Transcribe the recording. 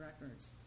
records